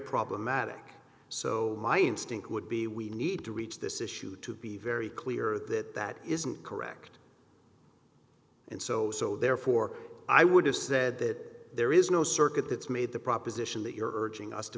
problematic so my instinct would be we need to reach this issue to be very clear that that isn't correct and so so therefore i would have said that there is no circuit that's made the proposition that you're urging us to